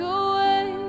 away